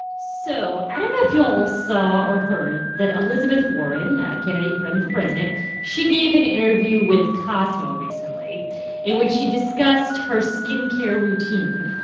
so i don't know if you all saw or heard that elizabeth warren, a candidate running for president she gave an interview with cosmo recently in which she discussed discussed her skin care routine